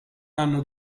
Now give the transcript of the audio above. hanno